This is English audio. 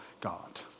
God